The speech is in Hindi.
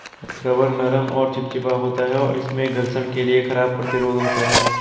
रबर नरम और चिपचिपा होता है, और इसमें घर्षण के लिए खराब प्रतिरोध होता है